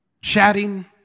chatting